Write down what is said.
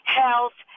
health